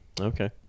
okay